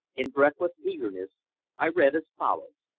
in breathless eagerness i read as follows